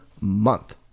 month